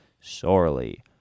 sorely